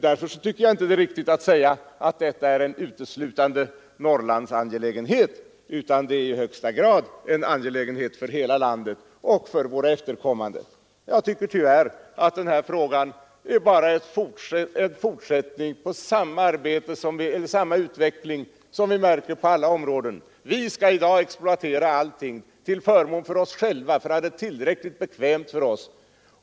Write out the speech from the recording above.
Därför är det inte riktigt att säga att detta är en uteslutande norrländsk angelägenhet, utan det är i högsta grad en angelägenhet för hela landet och för våra efterkommande. Den här frågan är tyvärr bara en fortsättning på samma utveckling som vi märker på alla områden. Vi skall i dag exploatera allting till förmån för oss själva, för att göra det tillräckligt bekvämt för oss.